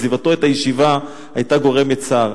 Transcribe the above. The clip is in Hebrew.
עזיבתו את הישיבה היתה גורמת צער.